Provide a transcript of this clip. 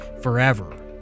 forever